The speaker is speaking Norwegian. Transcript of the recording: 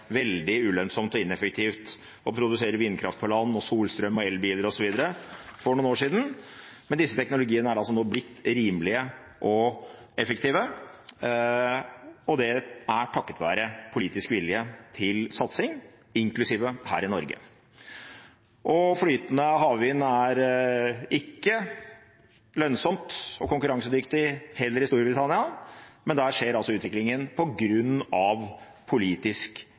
veldig ulønnsomt og ineffektivt å produsere vindkraft på land, solstrøm og elbiler osv. for noen år siden. Men disse teknologiene er blitt rimelige og effektive. Det er takket være politisk vilje til satsing, også her i Norge. Flytende havvind er heller ikke lønnsomt og konkurransedyktig i Storbritannia, men der skjer utviklingen